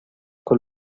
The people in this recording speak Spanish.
con